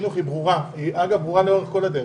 החינוך היא ברורה והיא הייתה ברורה לאורך כל הדרך.